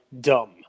dumb